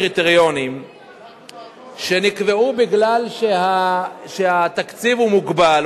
לנו קריטריונים שנקבעו מפני שהתקציב הוא מוגבל,